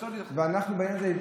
ואנחנו בעניין הזה,